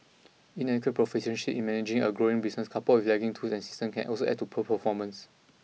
inadequate proficiency in managing a growing business coupled with lagging tools and systems can also add to poor performance